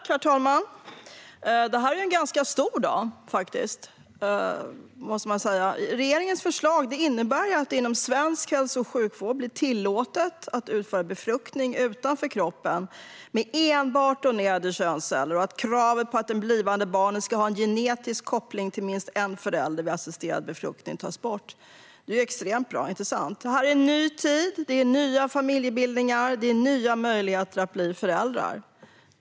Herr talman! Detta är faktiskt en ganska stor dag. Regeringens förslag innebär att det inom svensk hälso och sjukvård blir tillåtet att utföra befruktning utanför kroppen med enbart donerade könsceller och att kravet på att det blivande barnet ska ha en genetisk koppling till minst en förälder vid assisterad befruktning tas bort. Det är extremt bra, inte sant? Det här är en ny tid. Det är nya familjebildningar. Det finns nya möjligheter att bli föräldrar.